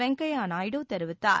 வெங்கையா நாயுடு தெரிவித்தார்